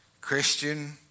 Christian